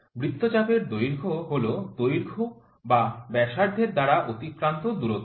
বৃত্তচাপের দৈর্ঘ্য হল দৈর্ঘ্য বা ব্যাসার্ধের দ্বারা অতিক্রান্ত দূরত্ব